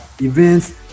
events